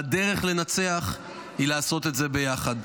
והדרך לנצח היא לעשות את זה ביחד.